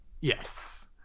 Yes